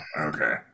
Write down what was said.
okay